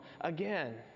again